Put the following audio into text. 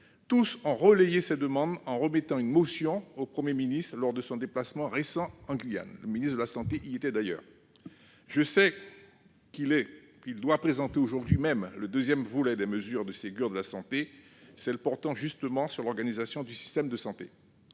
tous ont relayé ces demandes en remettant une motion au Premier ministre lors de son récent déplacement en Guyane. Le ministre de la santé l'y accompagnait. Je sais qu'il doit présenter aujourd'hui même le second volet des mesures du Ségur de la santé, qui porte précisément sur l'organisation du système de santé.